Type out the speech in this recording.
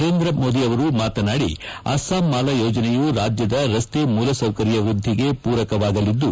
ನರೇಂದ್ರ ಮೋದಿ ಮಾತನಾಡಿ ಅಸ್ಲಾಂಮಾಲಾ ಯೋಜನೆಯು ರಾಜ್ಯದ ರಸ್ತೆ ಮೂಲಸೌಕರ್ಯ ವೃದ್ಧಿಗೆ ಪೂರಕವಾಗಲಿದ್ದು